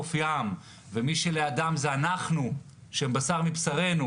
חוף ים, ומי שלידם זה אנחנו, שהם בשר מבשרנו,